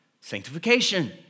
Sanctification